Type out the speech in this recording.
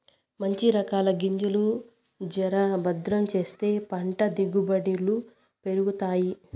మంచి రకాల గింజలు జర భద్రం చేస్తే పంట దిగుబడులు పెరుగుతాయి